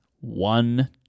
one